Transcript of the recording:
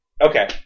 okay